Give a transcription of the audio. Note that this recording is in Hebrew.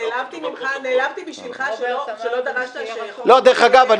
דרך אגב,